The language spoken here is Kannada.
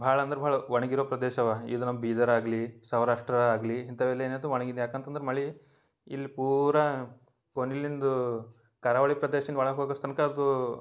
ಭಾಳ ಅಂದ್ರೆ ಭಾಳ ಒಣಗಿರೋ ಪ್ರದೇಶ ಅವು ಇದು ನಮ್ಮ ಬೀದರ್ ಆಗಲಿ ಸೌರಾಷ್ಟ್ರ ಆಗಲಿ ಇಂಥವೆಲ್ಲ ಏನು ಇರ್ತದೆ ಒಣಗಿದ ಯಾಕೆ ಅಂತಂದ್ರೆ ಮಳೆ ಇಲ್ಲಿ ಪೂರ ಕೊನೆಲಿಂದು ಕರಾವಳಿ ಪ್ರದೇಶ್ದಿಂದ ಒಳಗೆ ಹೋಗೋಷ್ಟು ತನಕ ಅದು